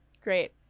Great